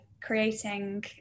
creating